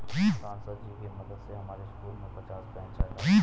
सांसद जी के मदद से हमारे स्कूल में पचास बेंच लाए